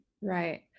Right